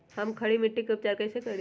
हम खड़ी मिट्टी के उपचार कईसे करी?